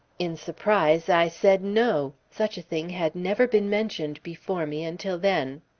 in surprise i said no such a thing had never been mentioned before me until then.